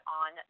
on